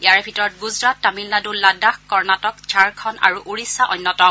ইয়াৰে ভিতৰত গুজৰাট তামিলনাডু লাডাখ কৰ্ণটিক ঝাৰখণু আৰু উৰিষ্যা অন্যতম